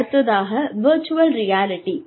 அடுத்ததாக virtual reality